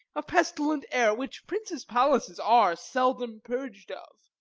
a pestilent air, which princes' palaces are seldom purg'd of.